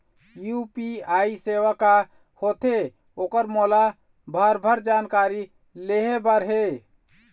UPI सेवा का होथे ओकर मोला भरभर जानकारी लेहे बर हे?